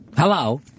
Hello